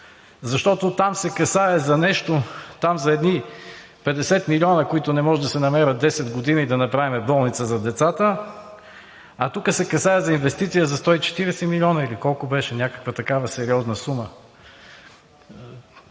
защото там се касае за нещо, за едни 50 милиона, които не могат да се намерят 10 години да направим болница за децата, а тук се касае за инвестиция за 140 милиона, или колко беше, някаква такава сериозна сума.